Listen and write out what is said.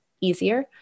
easier